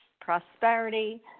prosperity